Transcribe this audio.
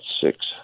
six